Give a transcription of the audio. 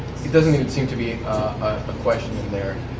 doesn't even seem to be a question